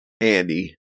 Andy